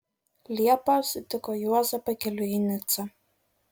liepą sutiko juozą pakeliui į nicą